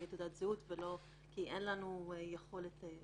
על אף האמור בסעיף קטן (א), רשאי מפעיל לבצע זיהוי